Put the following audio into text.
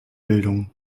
bildung